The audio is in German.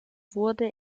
wurde